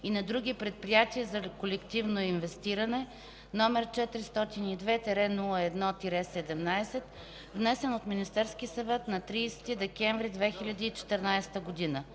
и на други предприятия за колективно инвестиране, № 402-01-17, внесен от Министерски съвет на 30 декември 2014 г.